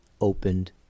opened